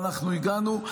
אנחנו הגענו.